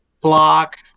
Block